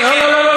לא.